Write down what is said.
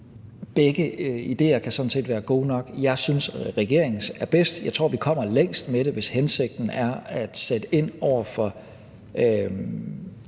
Begge idéer kan sådan set være gode nok. Jeg synes, at regeringens er bedst, og jeg tror, vi kommer længst med det, regeringen har lagt frem, hvis hensigten er at sætte ind over for